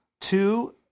Two